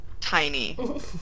tiny